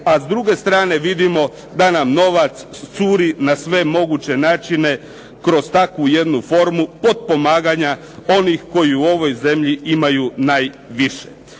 a s druge strane vidimo da nam novac curi na sve moguće načine kroz takvu jednu formu potpomaganja onih koji u ovoj zemlji imaju najviše.